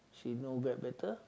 she know a bit better